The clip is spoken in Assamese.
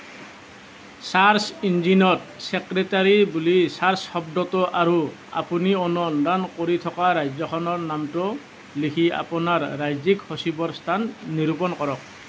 চাৰ্চ ইঞ্জিনত চেক্ৰেটাৰী বুলি চাৰ্চ শব্দটো আৰু আপুনি অনুসন্ধান কৰি থকা ৰাজ্যখনৰ নামটো লিখি আপোনাৰ ৰাজ্যিক সচিবৰ স্থান নিৰূপণ কৰক